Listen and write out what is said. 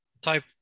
type